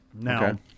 Now